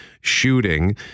shooting